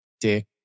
Dick